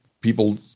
people